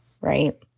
right